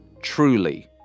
Truly